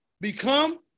become